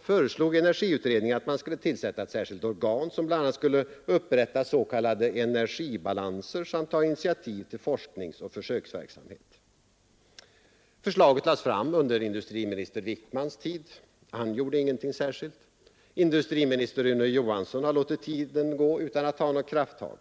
föreslog energiutredningen att man skulle tillsätta ett särskilt organ, som skulle upprätta s.k. energibalanser samt ta initiativ till forskningsoch försöksverksamhet. Förslaget lades fram under industriminister Wickmans tid, men han gjorde ingenting särskilt åt det. Och industriminister Rune Johansson har också låtit tiden gå utan att ta några krafttag.